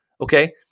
Okay